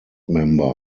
member